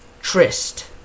Trist